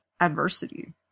adversity